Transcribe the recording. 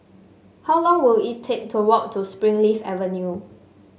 how long will it take to walk to Springleaf Avenue